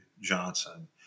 Johnson